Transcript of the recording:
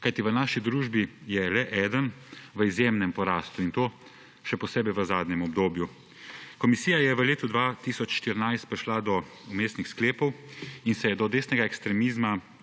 kajti v naši družbi je le eden v izjemnem porastu, in to še posebej v zadnjem obdobju. Komisija je v letu 2014 prišla do vmesnih sklepov in se je do desnega ekstremizma